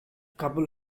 couple